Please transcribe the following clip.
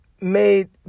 made